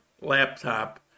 laptop